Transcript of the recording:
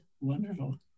Wonderful